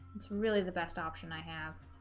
it's really the best option i have